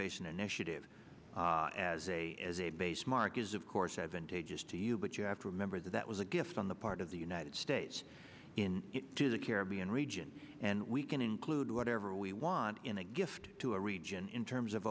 basin initiative as a as a base mark is of course advantageous to you but you have to remember that that was a gift on the part of the united states in to the caribbean region and we can include whatever we want in a gift to a region in terms of